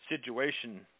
situation